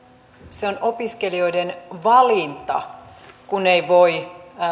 se on opiskelijoiden valinta kun ei voi